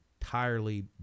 entirely